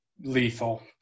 lethal